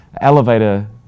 elevator